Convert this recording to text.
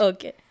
Okay